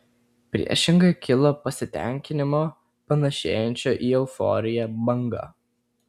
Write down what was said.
priešingai kilo pasitenkinimo panašėjančio į euforiją banga